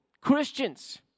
Christians